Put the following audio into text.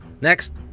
Next